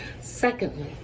Secondly